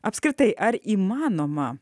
apskritai ar įmanoma